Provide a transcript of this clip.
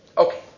Okay